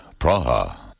Praha